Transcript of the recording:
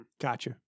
Gotcha